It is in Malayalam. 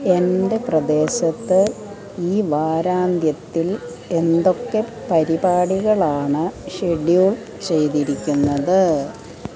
എന്റെ പ്രദേശത്ത് ഈ വാരാന്ത്യത്തിൽ എന്തൊക്കെ പരിപാടികളാണ് ഷെഡ്യൂൾ ചെയ്തിരിക്കുന്നത്